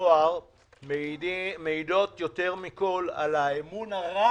זוהר מעידות יותר מכל על האמון הרע